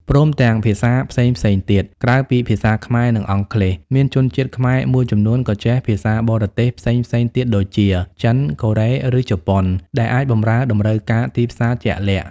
ព្រមទាំង ភាសាផ្សេងៗទៀត ក្រៅពីភាសាខ្មែរ និងអង់គ្លេស មានជនជាតិខ្មែរមួយចំនួនក៏ចេះភាសាបរទេសផ្សេងៗទៀតដូចជា ចិន កូរ៉េ ឬជប៉ុន ដែលអាចបម្រើតម្រូវការទីផ្សារជាក់លាក់។